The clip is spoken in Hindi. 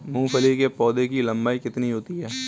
मूंगफली के पौधे की लंबाई कितनी होती है?